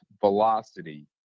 velocity